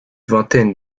vingtaine